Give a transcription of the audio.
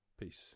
peace